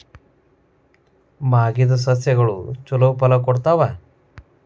ಮಾಗಿದ್ ಸಸ್ಯಗಳು ಛಲೋ ಫಲ ಕೊಡ್ತಾವಾ?